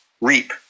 reap